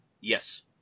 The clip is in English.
Yes